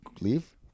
leave